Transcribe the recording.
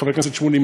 חבר הכנסת שמולי,